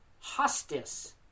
hostis